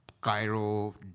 Cairo